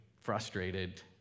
frustrated